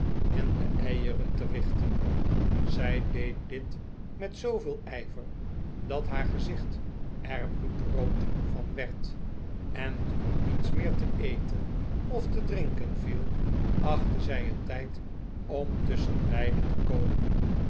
en de eieren te richten zij deed dit met zooveel ijver dat haar gezicht er bloedrood van werd en toen er niets meer te eten of te drinken viel achtte zij het tijd om tusschenbeide te komen